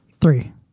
Three